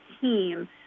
team